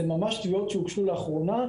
זה ממש תביעות שהוגשו לאחרונה.